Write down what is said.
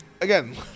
Again